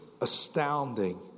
astounding